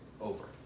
over